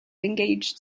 engaged